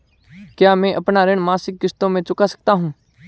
क्या मैं अपना ऋण मासिक किश्तों में चुका सकता हूँ?